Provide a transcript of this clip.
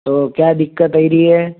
तो क्या दिक्कत आई रही है